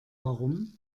warum